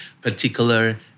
particular